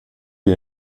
die